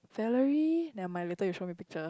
Valerie never mind later you show me picture